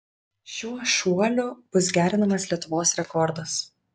šiuo šuoliu bus gerinamas lietuvos rekordas